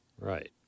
Right